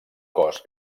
cos